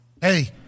Hey